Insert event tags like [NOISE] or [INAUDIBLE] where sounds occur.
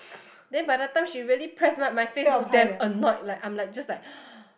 then by the time she really press my my face look damn annoyed like I'm like just like [BREATH]